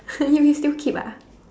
!huh! you will still keep ah